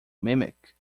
mimic